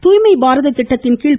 தூய்மை பாரத திட்டத்தின் கீழ்